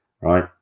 right